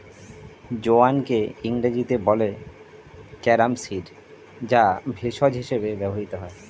জোয়ানকে ইংরেজিতে বলা হয় ক্যারাম সিড যা ভেষজ হিসেবে ব্যবহৃত হয়